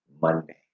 Monday